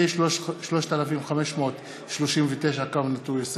פ/3539/20,